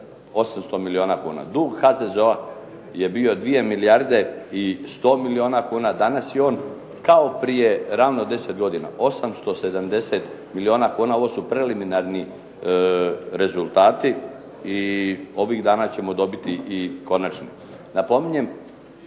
800 milijuna kuna. Dug HZZO-a je bio 2 milijarde i 100 milijuna kuna, danas je on kao prije ravno 10 godina, 870 milijuna kuna. Ovo su preliminarni rezultati i ovih dana ćemo dobiti i konačni.